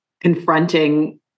confronting